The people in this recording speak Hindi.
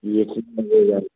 लेकिन